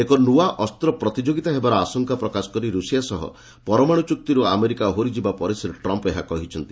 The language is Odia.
ଏକ ନ୍ତିଆ ଅସ୍ତ୍ରପ୍ରତିଯୋଗିତା ହେବାର ଆଶଙ୍କା ପ୍ରକାଶ କରି ରୁଷିଆ ସହ ପରମାଣ୍ର ଚୁକ୍ତିରୁ ଆମେରିକା ଓହରିଯିବା ପରେ ଶ୍ରୀ ଟ୍ରମ୍ ଏହା କହିଛନ୍ତି